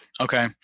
Okay